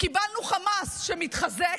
קיבלנו חמאס שמתחזק,